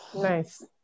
nice